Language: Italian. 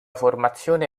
formazione